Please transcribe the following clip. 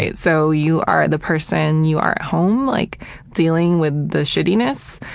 yeah so you are the person you are at home, like dealing with the shittiness?